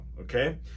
okay